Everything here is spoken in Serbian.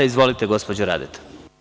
Izvolite gospođo Radeta.